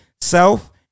self